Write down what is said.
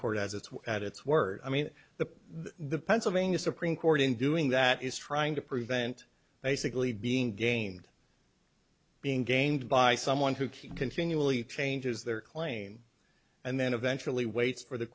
court as its at its word i mean the the pennsylvania supreme court in doing that is trying to prevent basically being gained being gamed by someone who can continually changes their claim and then eventually waits for the